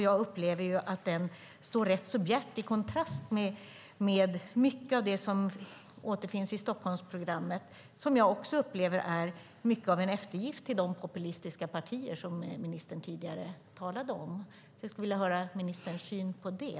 Jag upplever att den står i rätt bjärt kontrast till mycket av det som återfinns i Stockholmsprogrammet, som jag också upplever är mycket av en eftergift till de populistiska partier som ministern tidigare talade om. Jag skulle vilja höra ministerns syn på det.